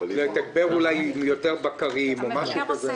לתגבר אולי יותר בקרים או משהו כזה.